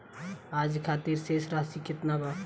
आज खातिर शेष राशि केतना बा?